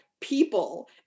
people